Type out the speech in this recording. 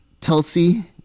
Tulsi